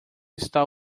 está